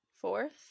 Fourth